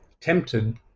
tempted